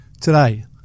Today